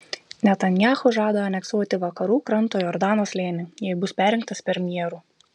netanyahu žada aneksuoti vakarų kranto jordano slėnį jei bus perrinktas premjeru